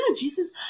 Jesus